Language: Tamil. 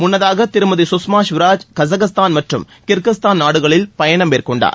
முன்னதாக திருமதி குஷ்மா ஸ்வராஜ் கஸகஸ்தான் மற்றும் கிர்கிஸ்தான் நாடுகளில் பயணம் மேற்கொண்டார்